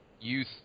Youth